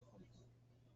erfunden